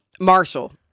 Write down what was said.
Marshall